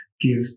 give